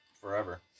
Forever